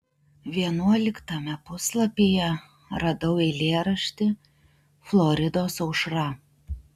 vienuoliktame puslapyje radau eilėraštį floridos aušra